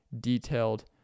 detailed